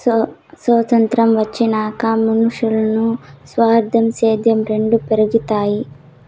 సొతంత్రం వచ్చినాక మనునుల్ల స్వార్థం, సేద్యం రెండు పెరగతన్నాయి